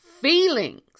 Feelings